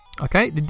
Okay